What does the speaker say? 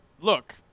look